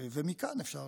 ומכאן אפשר